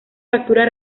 factura